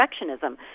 perfectionism